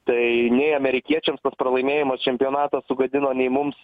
tai nei amerikiečiams tas pralaimėjimas čempionatą sugadino nei mums